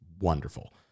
wonderful